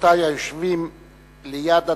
רבותי היושבים ליד הדוכן,